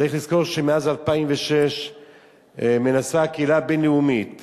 צריך לזכור שמאז 2006 מנסה הקהילה הבין-לאומית